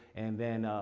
and then,